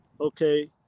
okay